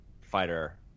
Fighter